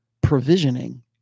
provisioning